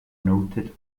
noted